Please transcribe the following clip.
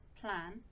plan